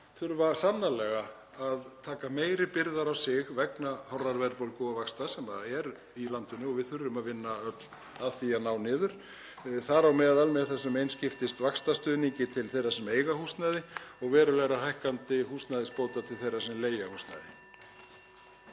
þurfa sannarlega að taka meiri byrðar á sig vegna hárrar verðbólgu og vaxta sem er í landinu og við þurfum að vinna öll að því að ná niður, (Forseti hringir.) þar á meðal með þessum einskiptisvaxtastuðningi til þeirra sem eiga húsnæði og verulegra hækkandi húsnæðisbóta til þeirra sem leigja húsnæði.